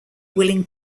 willing